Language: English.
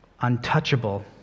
untouchable